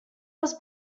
was